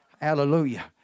hallelujah